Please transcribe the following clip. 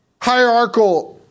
hierarchical